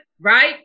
right